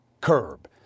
curb